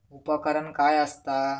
उपकरण काय असता?